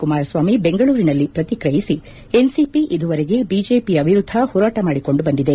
ಕುಮಾರಸ್ನಾಮಿ ಬೆಂಗಳೂರಿನಲ್ಲಿ ಶ್ರತಿಕ್ರಿಯಿಸಿ ಎನ್ಸಿಪಿ ಇದುವರೆಗೆ ಬಿಜೆಪಿಯ ವಿರುದ್ಧ ಹೋರಾಟ ಮಾಡಿಕೊಂಡು ಬಂದಿದೆ